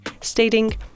stating